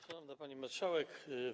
Szanowna Pani Marszałek!